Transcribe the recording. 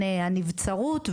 הנבצרות,